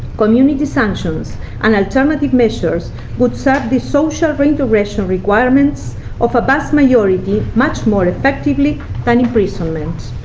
community sanctions and alternative measures would serve the social reintigration requirements of a vast majority much more effectively than imprisonment.